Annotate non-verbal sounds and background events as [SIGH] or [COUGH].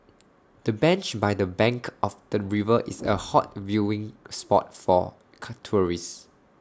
the bench by the bank of the river is A hot viewing spot for [NOISE] tourists